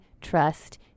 Trust